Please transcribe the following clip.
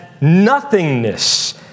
nothingness